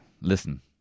listen